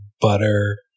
butter